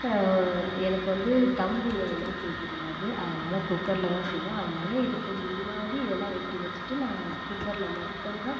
எனக்கு வந்து தம் பிரியாணியெலாம் செய்ய தெரியாது அதனால் குக்கர்ல தான் செய்வேன் அதனால இதுக்கு முன்னாடி இதெல்லாம் வெட்டி வச்சிட்டு நான் குக்கர்ல மட்டுந்தான்